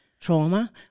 trauma